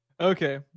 Okay